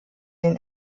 den